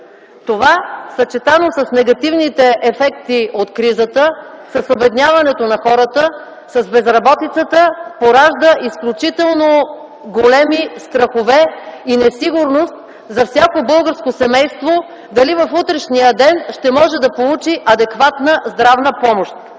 Това, съчетано с негативните ефекти от кризата, с обедняването на хората, с безработицата, поражда изключително големи страхове и несигурност за всяко българско семейство дали в утрешния ден ще може да получи адекватна здравна помощ.